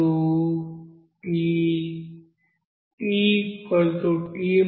012 కు సమానం